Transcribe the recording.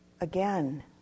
again